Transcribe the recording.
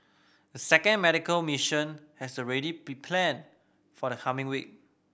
a second medical mission has already been planned for the coming week